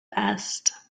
best